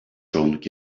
çoğunluk